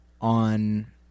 on